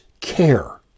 care